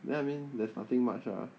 then I mean there's nothing much lah